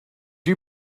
you